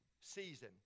season